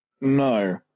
No